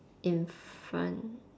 in front